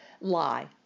lie